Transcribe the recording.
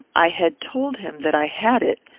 i had told him that i had it,